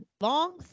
long